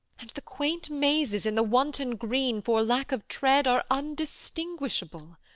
and the quaint mazes in the wanton green, for lack of tread, are undistinguishable.